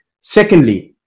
Secondly